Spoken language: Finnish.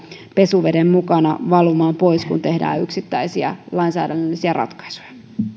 pesuveden mukana valumaan pois kun tehdään yksittäisiä lainsäädännöllisiä ratkaisuja